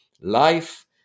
life